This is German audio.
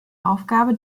aufgabe